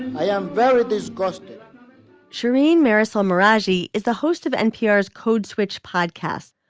i am very disgusted shereen marisol marashi is the host of npr's code switch podcast.